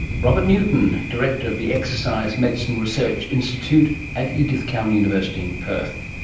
robert newton, director of the exercise medicine research institute at edith cowan university in perth.